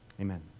Amen